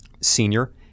senior